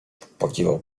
popłakiwał